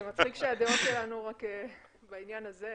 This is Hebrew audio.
זה מצחיק שהדעות שלנו רק בעניין הזה --- כן,